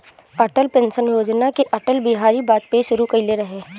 Atal pension योजना के अटल बिहारी वाजपयी शुरू कईले रलें